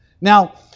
Now